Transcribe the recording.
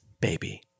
Baby